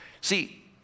See